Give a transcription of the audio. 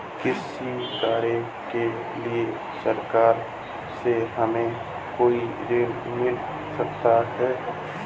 कृषि कार्य के लिए सरकार से हमें कोई ऋण मिल सकता है?